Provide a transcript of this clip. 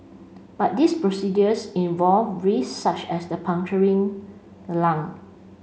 but these procedures involve risks such as the puncturing lung